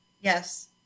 Yes